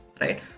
Right